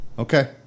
Okay